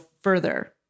further